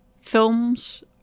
films